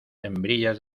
hembrillas